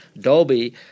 Dolby